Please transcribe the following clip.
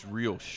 real